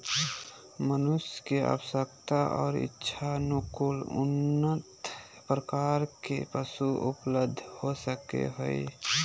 मनुष्य के आवश्यकता और इच्छानुकूल उन्नत प्रकार के पशु उपलब्ध हो सको हइ